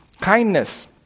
Kindness